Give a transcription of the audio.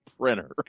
printer